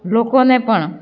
લોકોને પણ